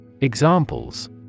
Examples